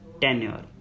tenure